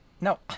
No